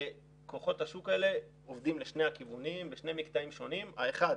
כוחות השוק האלה עובדים לשני הכיוונים בשני מקטעים שונים כאשר האחד